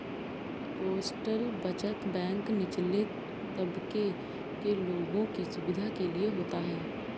postal बचत bank निचले तबके के लोगों की सुविधा के लिए होता है